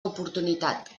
oportunitat